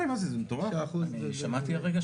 זה מה שאמרתי בדיוק.